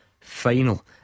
Final